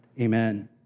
Amen